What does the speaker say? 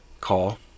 call